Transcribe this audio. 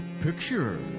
picture